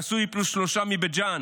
נשוי פלוס שלושה מבית ג'ן,